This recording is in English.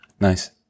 nice